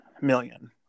million